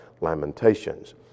lamentations